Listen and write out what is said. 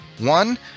One